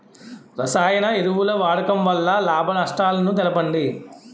రసాయన ఎరువుల వాడకం వల్ల లాభ నష్టాలను తెలపండి?